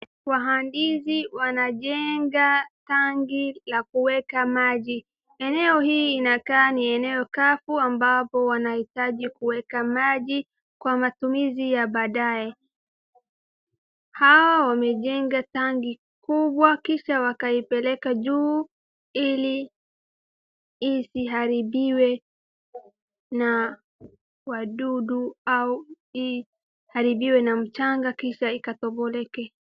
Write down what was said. Wahandisi wanajenga tanki la kuweka maji. Eneo hii inakaa ni eneo kavu ambapo wanahitaji kjweka maji kwa matumizi ya badaye. Hao wamejenga tanki kubwa kisha wakaipeleka juu ili isiharibiwe na wadudu au iharibiwe na mchanga kisha ikatoboleke.